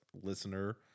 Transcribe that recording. listener